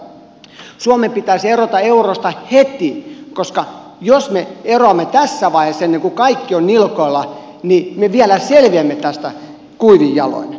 roos juuri mainitsi että suomen pitäisi erota eurosta heti koska jos me eroamme tässä vaiheessa ennen kuin kaikki on nilkoilla niin me vielä selviämme tästä kuivin jaloin